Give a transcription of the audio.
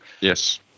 Yes